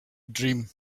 dream